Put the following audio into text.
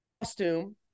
costume